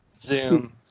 Zoom